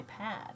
iPad